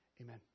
Amen